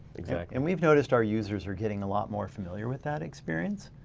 exactly. and we've noticed our users are getting a lot more familiar with that experience.